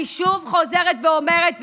אני שוב חוזרת ואומרת,